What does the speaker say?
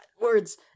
Words